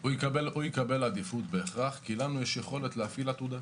הוא יקבל עדיפות כי יש לנו יכולת להפעיל עתודה.